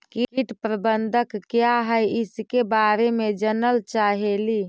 कीट प्रबनदक क्या है ईसके बारे मे जनल चाहेली?